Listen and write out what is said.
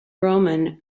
roman